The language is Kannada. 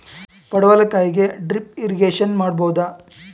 ಪಡವಲಕಾಯಿಗೆ ಡ್ರಿಪ್ ಇರಿಗೇಶನ್ ಮಾಡಬೋದ?